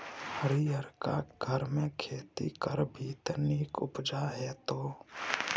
हरियरका घरमे खेती करभी त नीक उपजा हेतौ